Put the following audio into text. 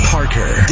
Parker